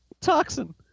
toxin